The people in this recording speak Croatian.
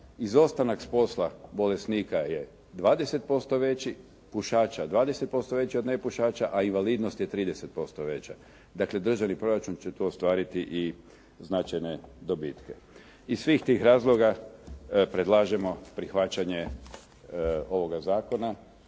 izostanak s posla bolesnika je 20% veći, pušača 20% veći od nepušača, a invalidnost je 30% veća. Dakle državni proračun će tu ostvariti i značajne dobitke. Iz svih tih razloga predlažemo prihvaćanje ovoga zakona